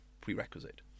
prerequisite